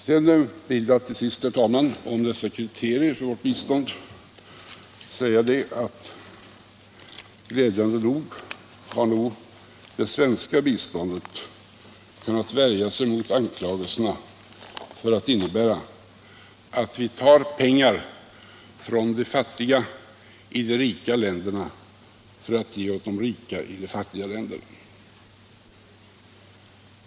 Jag vill till sist, herr talman, när det gäller kriterierna för vårt bistånd säga 'tt det svenska biståndet glädjande nog väl har kunnat värja sig mot anklagelserna att ”vi tar pengar från de fattiga i de rika länderna för att ge åt de rika i de fattiga länderna”.